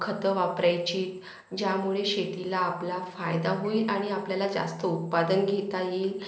खतं वापरायची ज्यामुळे शेतीला आपला फायदा होईल आणि आपल्याला जास्त उत्पादन घेता येईल